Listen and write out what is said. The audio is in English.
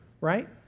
Right